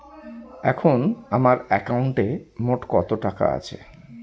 এখন আমার একাউন্টে মোট কত টাকা আছে?